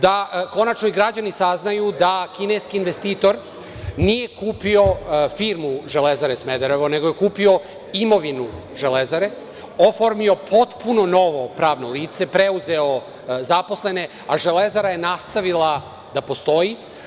Da konačno i građani saznaju da kineski investitor nije kupio firmu „Železare“ Smederevo, nego je kupio imovinu „Železare“, oformio potpuno novo pravno lice, preuzeo zaposlene, a „Železara“ je nastavila da postoji.